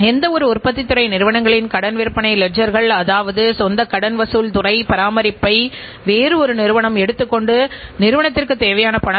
எனவே உற்பத்தித்திறனில் கட்டுப்பாடு அல்லது உற்பத்தித்திறன் மேம்படுவது ஒட்டுமொத்த சிறந்த முடிவுகளுக்கும் பின்னர் சிறந்த செயல்திறனுக்கும் வழிவகுக்கிறது